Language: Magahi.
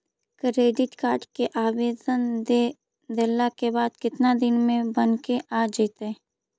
क्रेडिट कार्ड के आवेदन दे देला के बाद केतना दिन में बनके आ जइतै?